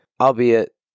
albeit